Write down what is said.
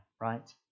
right